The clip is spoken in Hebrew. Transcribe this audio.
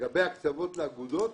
לגבי הקצבות לאגודות,